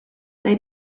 they